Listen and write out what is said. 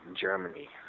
Germany